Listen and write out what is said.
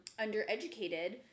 undereducated